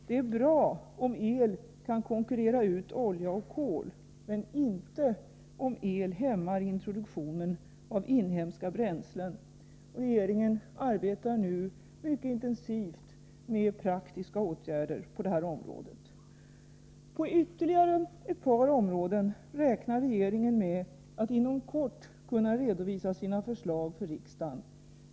Det är bra om el kan konkurrera ut olja och kol — men inte om el hämmar introduktionen av inhemska bränslen. Regeringen arbetar nu mycket intensivt med praktiska åtgärder på detta område. På ytterligare ett par områden räknar regeringen med att inom kort kunna redovisa sina förslag för riksdagen.